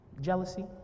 jealousy